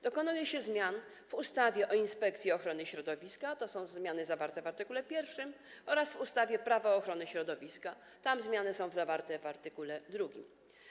Dokonuje się zmian w ustawie o Inspekcji Ochrony Środowiska - to są zmiany zawarte w art. 1 - oraz w ustawie Prawo ochrony środowiska - zmiany są zawarte w art. 2.